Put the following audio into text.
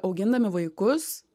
augindami vaikus